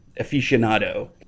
aficionado